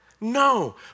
No